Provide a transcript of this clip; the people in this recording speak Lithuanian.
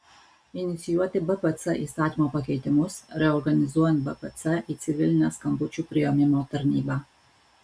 inicijuoti bpc įstatymo pakeitimus reorganizuojant bpc į civilinę skambučių priėmimo tarnybą